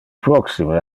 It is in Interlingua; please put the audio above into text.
proxime